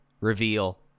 reveal